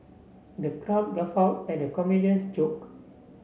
the crowd guffaw at comedian's joke